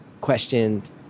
questioned